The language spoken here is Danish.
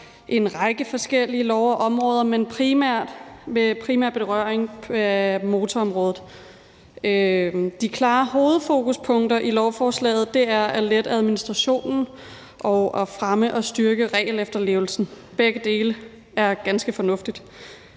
en række forskellige lovområder, men det har primært berøring med motorområdet. De klare hovedfokuspunkter i lovforslaget er at lette administrationen og at fremme og styrke regelefterlevelsen. Begge dele er ganske fornuftigt.